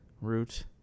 Root